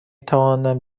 توانم